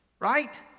right